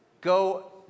Go